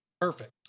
Perfect